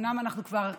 אומנם אנחנו כבר אחריו,